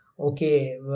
okay